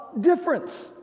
difference